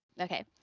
Okay